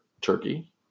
turkey